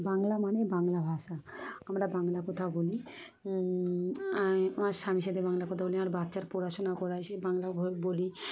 বাংলা মানে বাংলা ভাষা আমরা বাংলা কথা বলি আমার স্বামীর সাথে বাংলা কথা বলি আর বাচ্চার পড়াশোনা করাই সে বাংলা বলি